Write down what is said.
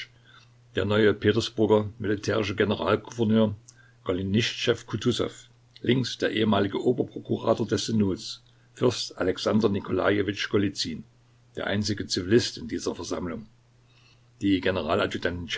der neue petersburger militärische generalgouverneur golinischtschew kutusow links der ehemalige oberprokurator des synods fürst alexander nikolajewitsch golizyn der einzige zivilist in dieser versammlung die